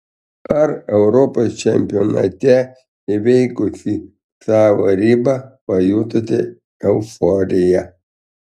ar europos čempionate įveikusi savo ribą pajutote euforiją